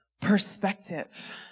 perspective